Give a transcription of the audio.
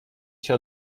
się